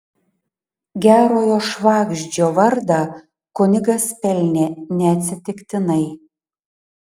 gerojo švagždžio vardą kunigas pelnė neatsitiktinai